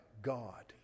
God